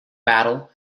battle